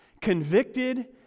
convicted